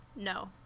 No